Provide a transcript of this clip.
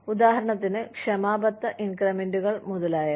ഉദാഹരണത്തിന് ക്ഷാമബത്ത ഇൻക്രിമെന്റുകൾ മുതലായവ